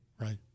Right